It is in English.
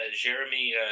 Jeremy